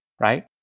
right